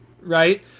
right